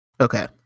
Okay